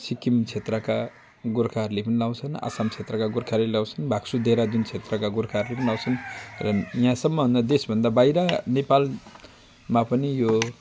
सिक्किम क्षेत्रका गोर्खाहरूले पनि लगाउँछन् असम क्षेत्रका गोर्खाले लगाउँछन् भाग्सू देहरादुन क्षेत्रका गोर्खाहरूले पनि लगाउँछन् र यहाँसम्म हाम्रो देश भन्दा बाहिर नेपालमा पनि यो